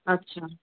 আচ্ছা